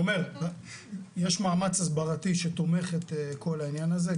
אני אומר, יש מאמץ הסברתי שתומך בכל העניין הזה.